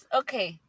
okay